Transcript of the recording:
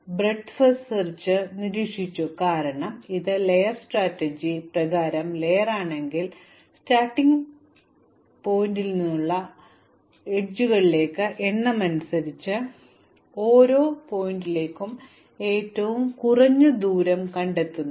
വീതിയുടെ ആദ്യ തിരയൽ ഞങ്ങൾ നിരീക്ഷിച്ചു കാരണം ഇത് ലെയർ സ്ട്രാറ്റജി പ്രകാരം ലെയറാണെങ്കിൽ ആരംഭ ശീർഷകത്തിൽ നിന്നുള്ള അരികുകളുടെ എണ്ണമനുസരിച്ച് ഓരോ ശീർഷകത്തിലേക്കും ഏറ്റവും കുറഞ്ഞ ദൂരം കണ്ടെത്തുന്നു